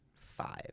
five